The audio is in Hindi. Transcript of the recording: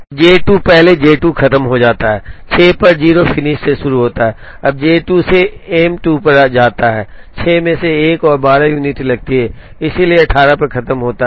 तो J 2 पहले J 2 खत्म हो जाता है 6 पर 0 फिनिश से शुरू होता है अब J 2 से M 2 पर जाता है 6 में एक और 12 यूनिट लगती है इसलिए 18 पर खत्म होता है